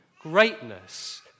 Greatness